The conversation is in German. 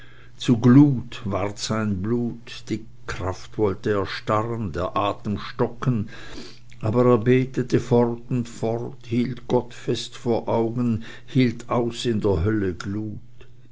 zu glut ward sein blut die kraft wollte erstarren der atem stocken aber er betete fort und fort hielt gott fest vor augen hielt aus in der hölle glut